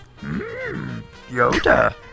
Yoda